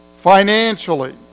Financially